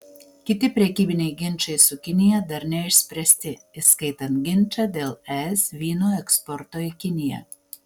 kiti prekybiniai ginčai su kinija dar neišspręsti įskaitant ginčą dėl es vyno eksporto į kiniją